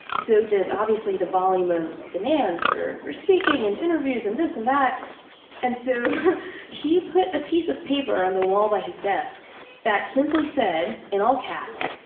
so did, obviously, the volume of demands for for speaking, and interviews, and this, and that and so he put a piece of paper on the wall by his desk that simply said, in all caps,